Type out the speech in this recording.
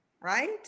right